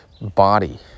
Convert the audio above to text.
body